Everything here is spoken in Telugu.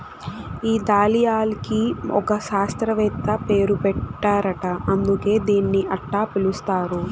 ఈ దాలియాకి ఒక శాస్త్రవేత్త పేరు పెట్టారట అందుకే దీన్ని అట్టా పిలుస్తారు